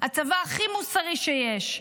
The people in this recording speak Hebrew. הצבא הכי מוסרי שיש,